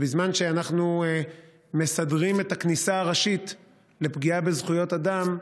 ובזמן שאנחנו מסדרים את הכניסה הראשית לפגיעה בזכויות אדם,